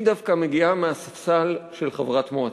היא דווקא מגיעה מהספסל של חברת מועצה.